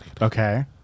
Okay